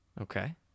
Okay